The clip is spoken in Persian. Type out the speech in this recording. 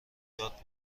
یاد